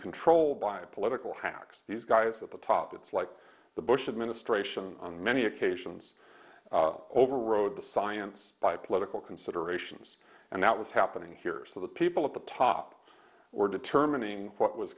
controlled by political hacks these guys at the top it's like the bush administration on many occasions overrode the science by political considerations and that was happening here so the people at the top were determining what was